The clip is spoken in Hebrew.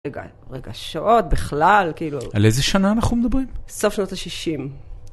רגע, רגע, שעות בכלל, כאילו. על איזה שנה אנחנו מדברים? סוף שנות ה-60.